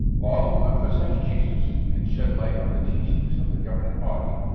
all who emphasize jesus and shed light on the teachings of the governing body